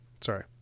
sorry